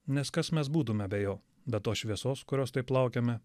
nes kas mes būtume be jo be tos šviesos kurios taip laukiame